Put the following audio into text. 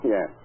Yes